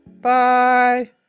Bye